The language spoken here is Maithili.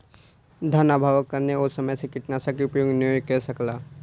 धनअभावक कारणेँ ओ समय सॅ कीटनाशक के उपयोग नै कअ सकला